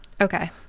Okay